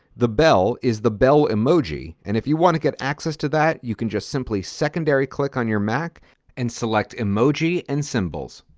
the bell is the bell emoji, and if you want to get access to that you can just simply secondary click on your mac and select emoji and symbols.